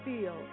feel